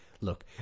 Look